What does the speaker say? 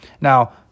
Now